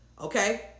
Okay